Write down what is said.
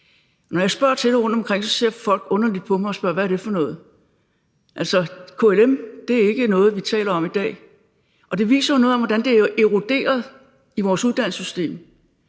Når jeg spørger til det rundtomkring, ser folk underligt på mig og spørger: Hvad er det for noget? KLM er ikke noget, vi taler om i dag, og det viser jo noget om, hvordan det er eroderet i vores uddannelsesystem.